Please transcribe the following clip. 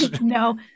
No